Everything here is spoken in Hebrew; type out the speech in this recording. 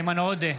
איימן עודה,